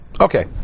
Okay